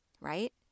right